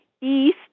east